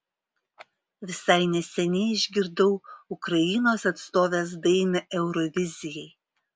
visai neseniai išgirdau ukrainos atstovės dainą eurovizijai